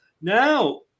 Now